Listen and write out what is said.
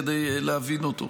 כדי להבין אותו.